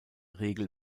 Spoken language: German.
regel